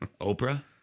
Oprah